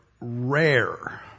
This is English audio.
rare